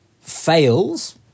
fails